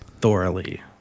thoroughly